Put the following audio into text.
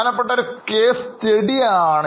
പ്രധാനപ്പെട്ട ഒരു case study ആണ്